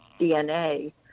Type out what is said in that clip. DNA